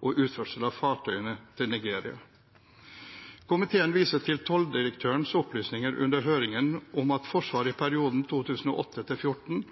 og utførsel av fartøyene til Nigeria. Komiteen viser til tolldirektørens opplysninger under høringen om at Forsvaret i perioden 2008–2014